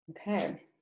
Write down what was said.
Okay